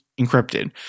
encrypted